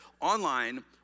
online